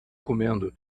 comendo